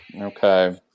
Okay